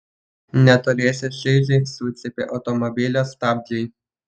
netoliese šaižiai sucypė automobilio stabdžiai